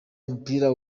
umupira